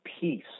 peace